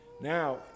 Now